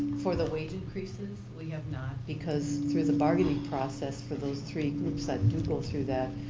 for the wage increases we have not, because through the bargaining process for those three oops, i did go through that.